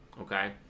Okay